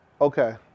Okay